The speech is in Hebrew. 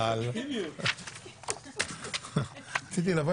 הכללת אמצעי זיהוי ביומטריים ונתוני זיהוי